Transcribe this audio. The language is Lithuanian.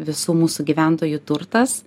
visų mūsų gyventojų turtas